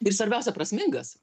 ir svarbiausia prasmingas